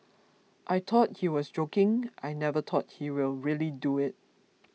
I thought he was joking I never thought he will really do it